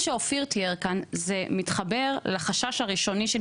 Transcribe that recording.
מה שאופיר תיאר כאן זה מתחבר לחשש הראשוני שלי